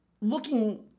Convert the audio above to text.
looking